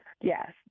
Yes